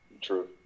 True